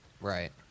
Right